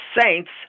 saints